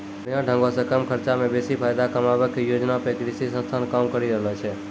बढ़िया ढंगो से कम खर्चा मे बेसी फायदा कमाबै के योजना पे कृषि संस्थान काम करि रहलो छै